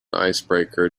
icebreaker